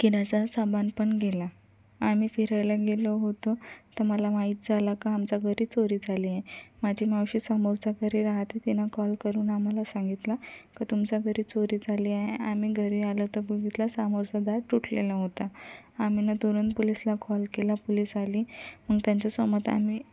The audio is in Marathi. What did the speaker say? सामान पण गेला आम्ही फिरायला गेलो होतो तर मला माहीत झालं का आमच्या घरी चोरी झाली आहे माझी मावशी समोरच्या घरी राहते तिनं कॉल करून आम्हाला सांगितलं का तुमच्या घरी चोरी झाली आहे आम्ही घरी आलो तर बघितला समोरचा दार तुटलेला होता आम्ही तुरंत पुलिसला कॉल केला पुलिस आली मग त्यांच्यासोबत आम्ही